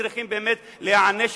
צריכים באמת להיענש